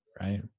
right